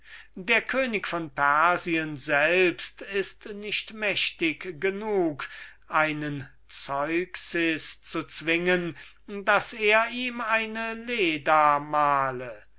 der könig von persien selbst ist nicht mächtig genug den zeuxes zu zwingen daß er ihm eine leda